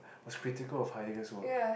was critical of Heidegger's work